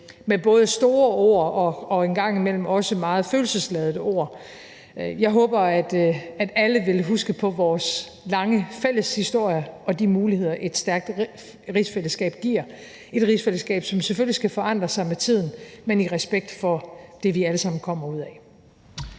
med både store ord og en gang imellem også meget følelsesladede ord. Jeg håber, at alle vil huske på vores lange fælles historie og de muligheder, et stærkt rigsfællesskab giver – et rigsfællesskab, som selvfølgelig skal forandre sig med tiden, men i respekt for det, vi alle kommer ud af.